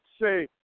say